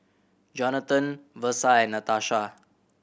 Johnathan Versa and Natasha